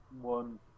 one